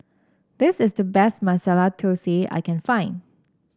this is the best Masala Thosai I can find